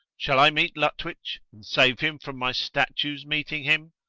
shall i meet lutwyche, and save him from my statue's meeting him?